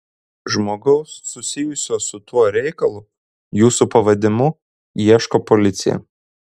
žmogaus susijusio su tuo reikalu jūsų pavedimu ieško policija